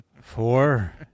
Four